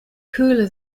cooler